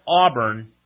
Auburn